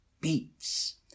beats